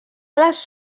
les